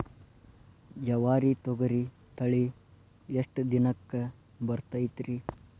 ಜವಾರಿ ತೊಗರಿ ತಳಿ ಎಷ್ಟ ದಿನಕ್ಕ ಬರತೈತ್ರಿ?